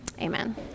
Amen